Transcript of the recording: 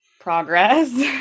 progress